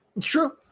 True